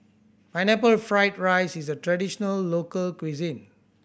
Pineapple Fried rice is a traditional local cuisine